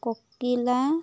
Kokila